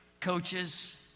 coaches